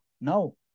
No